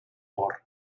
bor